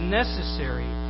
necessary